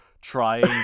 trying